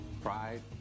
pride